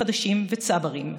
חדשים וצברים,